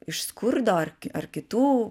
iš skurdo ar ar kitų